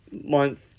month